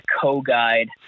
co-guide